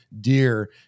dear